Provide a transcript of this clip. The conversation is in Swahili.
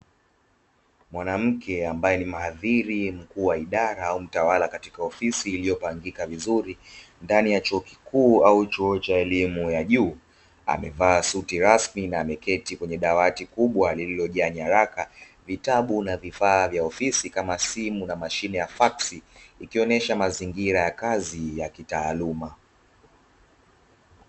Mwanamke ambaye ni mhadhiri mkuu wa idara au mtawala katika ofisi iliyopangika vizuri ndani ya chuo kikuu au chuo cha elimu ya juu, amevaa suti rasmi na ameketi kwenye dawati kubwa lililojaa nyaraka vitabu na vifaa vya ofisi kama simu na mashine ya fax ikionyesha mazingira ya kazi ya kitaaluma.